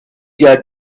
their